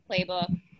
playbook